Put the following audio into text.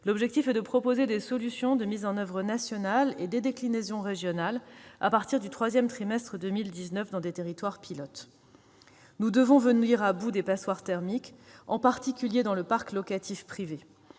l'objectif est de proposer des solutions de mise en oeuvre nationale et des déclinaisons régionales à partir du troisième trimestre de 2019 dans des territoires pilotes. Nous devons venir à bout des passoires thermiques, en particulier dans le parc locatif privé.